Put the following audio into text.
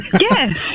Yes